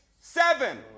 seven